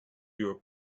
your